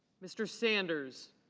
mr. sanders.